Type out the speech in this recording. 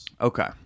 Okay